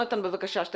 שתי